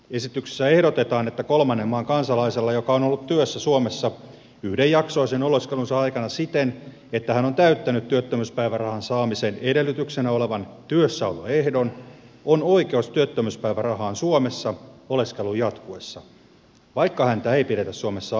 esityksessä ehdotetaan että kolmannen maan kansalaisella joka on ollut työssä suomessa yhdenjaksoisen oleskelunsa aikana siten että hän on täyttänyt työttömyyspäivärahan saamisen edellytyksenä olevan työssäoloehdon on oikeus työttömyyspäivärahaan suomessa oleskelun jatkuessa vaikka häntä ei pidetä suomessa asuvana